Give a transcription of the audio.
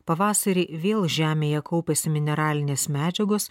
pavasarį vėl žemėje kaupiasi mineralinės medžiagos